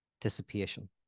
dissipation